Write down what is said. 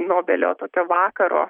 nobelio tokio vakaro